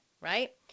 right